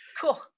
Cool